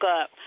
up